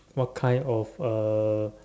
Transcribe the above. what kind of uh